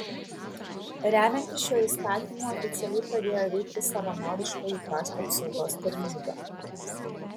remiantis šiuo įstatymu oficialiai pradėjo veikti savanoriškoji krašto apsaugos tarnyba